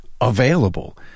available